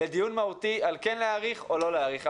לדיון מהותי על כן להאריך או לא להאריך.